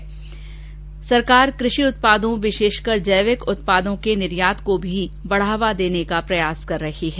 इसके साथ ही सरकार कृषि उत्पादों विशेषकर जैविक उत्पादों के निर्यात को बढावादेने का भी प्रयास कर रही है